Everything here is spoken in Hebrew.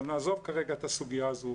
אבל נעזוב רגע את הסוגיה הזאת,